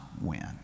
win